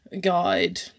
guide